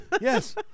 yes